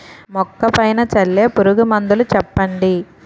మొక్క పైన చల్లే పురుగు మందులు చెప్పండి?